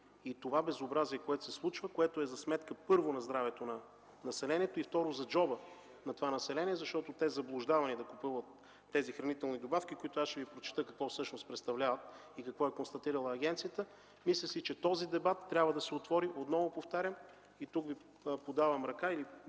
това безобразие, което се случва, което е за сметка, първо на здравето на населението, и, второ, на джоба на това население, защото те са заблуждавани да купуват тези хранителни добавки. Аз ще Ви прочета какво всъщност представляват те и какво е констатирала агенцията. Мисля си, че този дебат трябва да се отвори, отново повтарям. Тук Ви подавам ръка